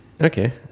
Okay